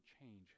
change